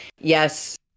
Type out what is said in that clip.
yes